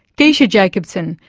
geesche jacobsen,